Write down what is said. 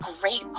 great